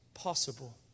possible